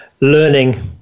learning